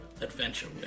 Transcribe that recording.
adventure